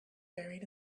buried